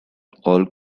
all